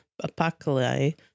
Apocalypse